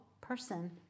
person